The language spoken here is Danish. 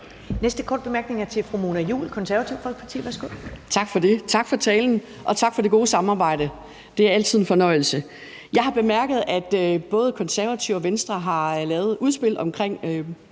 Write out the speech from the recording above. næste korte bemærkning er fra fru Mona Juul, Det Konservative Folkeparti. Værsgo. Kl. 10:45 Mona Juul (KF): Tak for det. Tak for talen, og tak for det gode samarbejde. Det er altid en fornøjelse. Jeg har bemærket, at både Konservative og Venstre har lavet et udspil om grøn